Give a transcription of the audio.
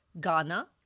Ghana